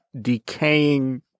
decaying